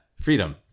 Freedom